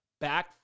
back